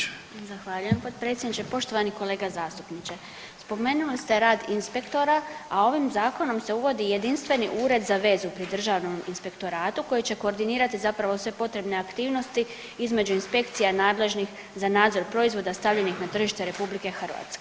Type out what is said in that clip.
Zahvaljujem gospodine potpredsjednice, poštovani kolega zastupniče, spomenuli ste rad inspektora a ovim zakonom se uvodi jedinstveni ured za vezu pri Državnom inspektoratu koji će koordinirati zapravo sve potrebne aktivnosti između inspekcija nadležnih za nadzor proizvoda stavljenih na tržište RH.